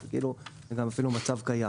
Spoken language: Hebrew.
אז כאילו זה גם אפילו מצב קיים,